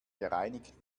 gereinigt